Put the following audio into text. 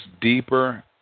deeper